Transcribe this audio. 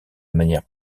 manière